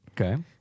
Okay